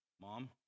mom